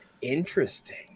interesting